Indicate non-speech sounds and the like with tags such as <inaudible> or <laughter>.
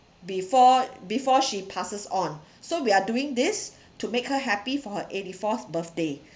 before before she passes on <breath> so we are doing this to make her happy for her eighty fourth birthday